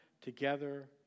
together